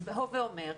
הווה אומר,